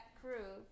crew